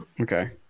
Okay